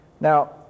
Now